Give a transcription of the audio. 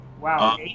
Wow